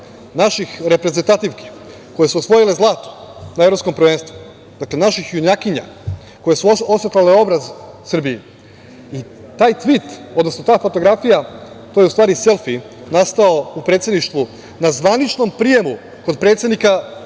naših reprezentativki koje su osvojile zlato na Evropskom prvenstvu, naših junakinja koje su osvetlale obraz Srbiji. Taj tvit, odnosno ta fotografija to je, u stvari, selfi nastao u Predsedništvu na zvaničnom prijemu kod predsednika